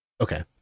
Okay